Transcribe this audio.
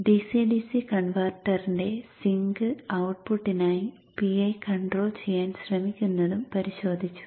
DC DC കൺവെർട്ടറിന്റെ single ഔട്ട്പുട്ടിനായി PI controller ചെയ്യാൻ ശ്രമിക്കുന്നതും പരിശോധിച്ചു